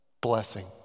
Blessing